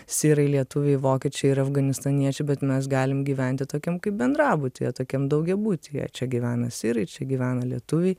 sirai lietuviai vokiečių ir afganistaniečių bet mes galim gyventi tokiam kaip bendrabutyje tokiam daugiabutyje čia gyvena sirai čia gyvena lietuviai